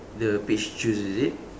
the peach juice is it